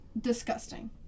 disgusting